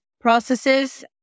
processes